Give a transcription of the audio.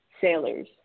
sailors